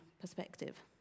perspective